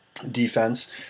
defense